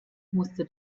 musste